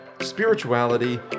spirituality